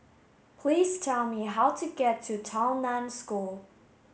please tell me how to get to Tao Nan School